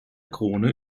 krone